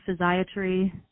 Physiatry